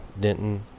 Denton